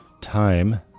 Time